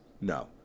No